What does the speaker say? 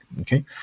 okay